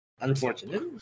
unfortunate